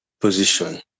position